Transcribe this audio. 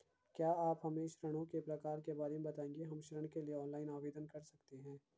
क्या आप हमें ऋणों के प्रकार के बारे में बताएँगे हम ऋण के लिए ऑनलाइन आवेदन कर सकते हैं?